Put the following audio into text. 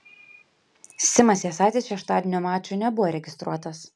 simas jasaitis šeštadienio mačui nebuvo registruotas